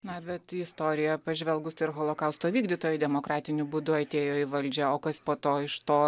na bet į istoriją pažvelgus holokausto vykdytojai demokratiniu būdu atėjo į valdžią o kas po to iš to